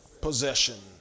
possession